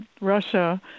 Russia